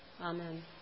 Amen